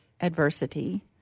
adversity